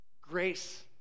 Grace